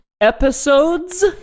episodes